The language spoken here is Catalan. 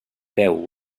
peu